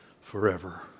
forever